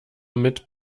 mit